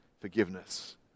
forgiveness